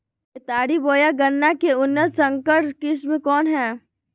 केतारी बोया गन्ना के उन्नत संकर किस्म कौन है?